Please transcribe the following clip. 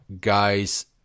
guys